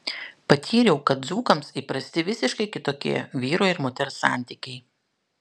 patyriau kad dzūkams įprasti visiškai kitokie vyro ir moters santykiai